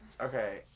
Okay